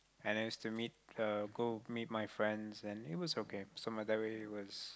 and I used to meet uh go meet my friends and it was okay so my that way was